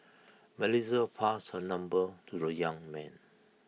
Melissa passed her number to the young man